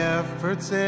efforts